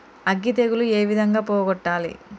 అగ్గి తెగులు ఏ విధంగా పోగొట్టాలి?